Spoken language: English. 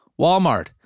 Walmart